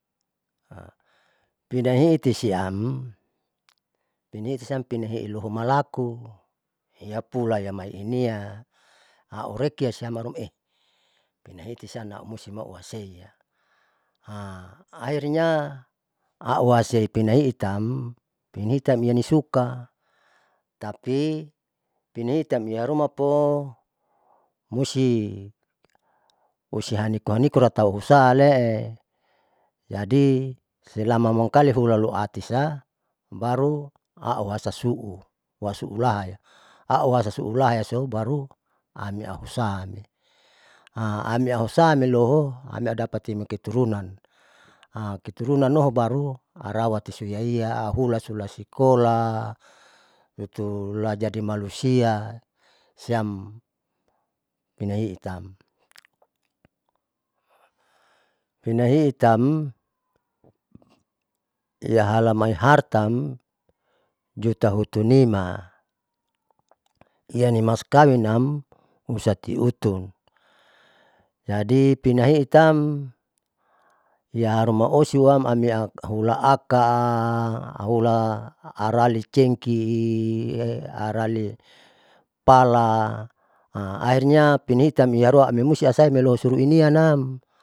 Pinahiit tisiam pinahiit lohumalaku iyapula imai inian aureki lisiam pinahiitsiam aumusti maseia ahirnya auhasei pinahiitam, pinahiitam ianisuka tapi pinahiitam iaharuma po musti usihani koa nikur atau husaalee, jadi selama mangkali ula loatisa baru auhasasu'u hasasu'u laae auhasasu'u laasobaru ami ausahani ami ausahani loho ami adapati keturunan keturunan noho baru arau poaitu suiaia auhulasula sikola lutu la jadi malusia siam pinahiitam, pinahiitam iahalamai hartaam juta hutunima ianimaskawinam husatu utun, jadi pinahiitam iaharuma osiam amiharuma hula aka ahula arali cengki arali pala ahirnya pinahiit itarua amimusti asailosulu inianam.